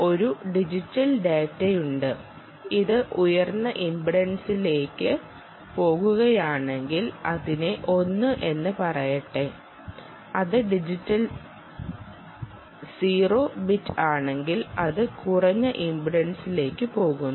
ഒരു ഡിജിറ്റൽ ഡാറ്റയുണ്ട് അത് ഉയർന്ന ഇംപിഡൻസിലേക്ക് പോകുകയാണെങ്കിൽ അതിനെ ഒന്ന് എന്ന് പറയട്ടെ അത് ഡിജിറ്റൽ 0 ബിറ്റ് ആണെങ്കിൽ അത് കുറഞ്ഞ ഇംപെഡൻസിലേക്ക് പോകുന്നു